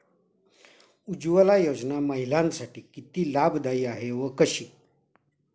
उज्ज्वला योजना महिलांसाठी किती लाभदायी आहे व कशी?